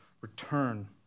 return